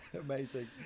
Amazing